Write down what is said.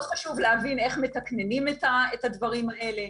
מאוד חשוב להבין איך מתקננים את הדברים האלה,